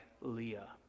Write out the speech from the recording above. Leah